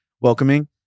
welcoming